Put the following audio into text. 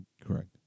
Correct